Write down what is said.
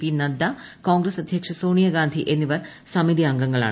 P Nadda Congress അദ്ധ്യക്ഷ സോണിയാഗാന്ധി എന്നിവർ സമിതി അംഗങ്ങളാണ്